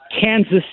Kansas